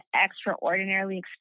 extraordinarily